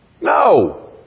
No